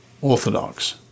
Orthodox